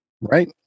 right